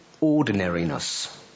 ordinariness